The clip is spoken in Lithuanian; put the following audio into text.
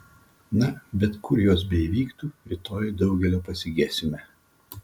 na bet kur jos beįvyktų rytoj daugelio pasigesime